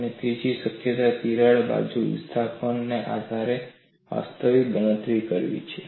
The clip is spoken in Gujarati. અને ત્રીજી શક્યતા તિરાડ બાજુ વિસ્થાપનના આધારે વાસ્તવિક ગણતરી કરવી છે